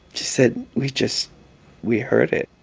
she said, we just we heard it.